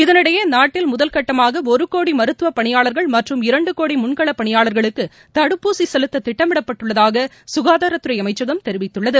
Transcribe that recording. இதனிடையே நாட்டில் முதல்கட்டமாக ஒரு கோடி மருத்துவப் பணியாளர்கள் மற்றும் இரண்டு கோடி முன்களப் பணியாளர்களுக்கு தடுப்பூசி செலுத்த திட்டமிடப் பட்டுள்ளதாக சுகாதார அமைச்சகம் தெரிவித்துள்ளது